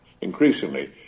increasingly